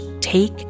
take